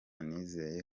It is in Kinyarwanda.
nizeye